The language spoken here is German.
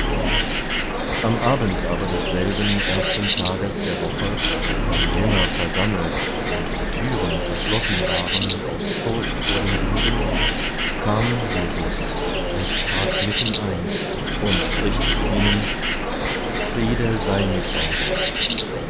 am abend aber desselben ersten tages der woche da die jünger versammelt und die türen verschlossen waren aus furcht vor den juden kam jesus und trat mitten ein und spricht zu ihnen friede sei mit euch